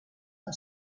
amb